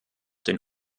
den